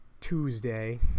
Tuesday